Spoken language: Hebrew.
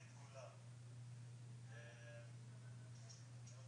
הכוונה שיש תוכנית כוללנית מאושרת ובדרך